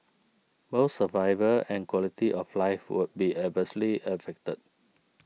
both survival and quality of life would be adversely affected